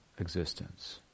existence